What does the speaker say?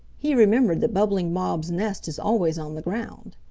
he remembered that bubbling bob's nest is always on the ground.